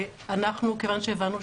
.